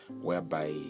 whereby